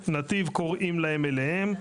"נתיב" קוראים להם אליהם,